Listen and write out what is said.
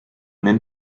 nennt